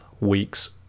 weeks